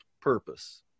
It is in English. purpose